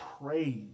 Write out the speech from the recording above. praise